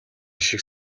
шиг